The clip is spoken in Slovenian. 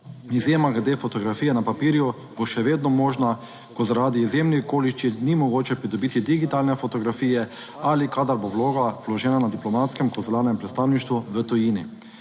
Izjema glede fotografije na papirju bo še vedno možna, ko zaradi izjemnih okoliščin ni mogoče pridobiti digitalne fotografije ali kadar bo vloga vložena na diplomatskem konzularnem predstavništvu v tujini.